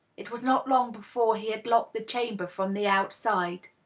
it was not long before he had locked the chamber from the outside.